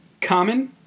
common